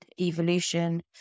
evolution